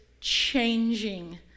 changing